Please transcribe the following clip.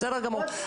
בסדר גמור.